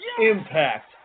Impact